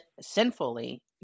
sinfully